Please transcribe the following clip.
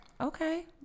Okay